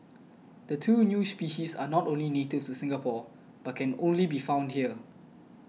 the two new species are not only native to Singapore but can only be found here